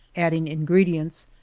adding ingredients,